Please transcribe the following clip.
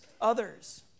others